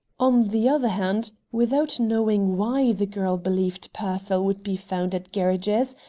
on the other hand, without knowing why the girl believed pearsall would be found at gerridge's,